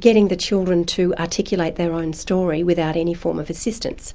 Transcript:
getting the children to articulate their own story without any form of assistance.